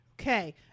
Okay